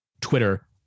Twitter